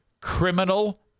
criminal